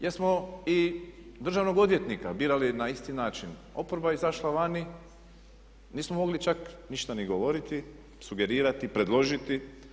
Jer smo i državnog odvjetnika birali na isti način, oporba je izašla vani nismo mogli čak ništa ni govoriti, sugerirati, predložiti.